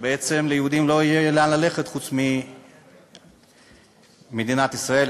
שבעצם ליהודים לא יהיה לאן ללכת חוץ ממדינת ישראל,